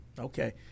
Okay